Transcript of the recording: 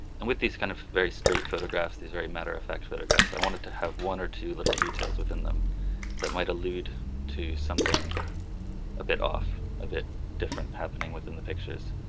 and with these kind of very straight photographs, these very matter-of-fact photographs, i wanted to have one or two little details within them that might allude to something a bit off, a bit different happening within the pictures,